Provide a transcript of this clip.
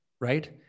right